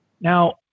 Now